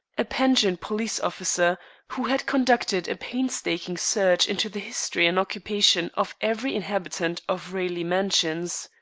a pensioned police-officer, who had conducted a painstaking search into the history and occupation of every inhabitant of raleigh mansions.